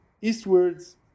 eastwards